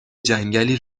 جنگلی